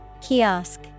Kiosk